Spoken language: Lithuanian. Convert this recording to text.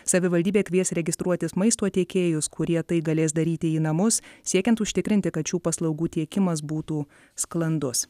savivaldybė kvies registruotis maisto tiekėjus kurie tai galės daryti į namus siekiant užtikrinti kad šių paslaugų tiekimas būtų sklandus